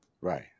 Right